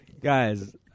guys